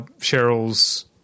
Cheryl's